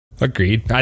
agreed